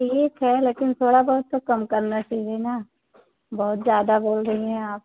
ठीक है लेकिन थोड़ा बहुत तो कम करना चाहिए न बहुत ज़्यादा बोल रहीं हैं आप